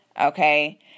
okay